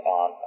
on